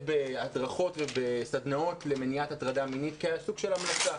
בהדרכות ובסדנאות למניעת הטרדה המינית כסוג של המלצה.